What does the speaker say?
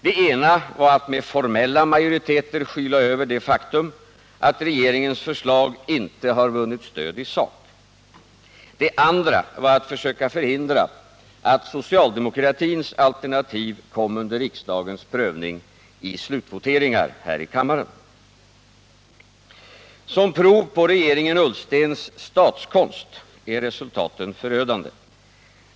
Det ena var att med formella majoriteter skyla över det faktum att regeringens förslag inte har vunnit stöd i sak. Det andra var att söka hindra att socialdemokratins alternativ kom under riksdagens prövning i slutvoteringar här i kammaren. Som prov på regeringen Ullstens statskonst är resultaten förödande.